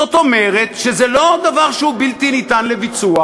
זאת אומרת שזה לא דבר שהוא בלתי ניתן לביצוע.